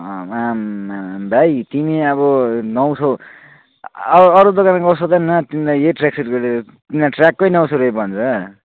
आम्मामा भाइ तिमी अब नौ सय अब अरू दोकानमा गएर सोध न तिमीलाई यही ट्रयाक सुटको तिमीलाई ट्र्याककै नौ सय रुपियाँ भन्छ